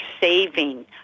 saving